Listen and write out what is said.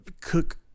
cook